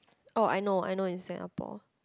orh I know I know in Singapore